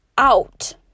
Out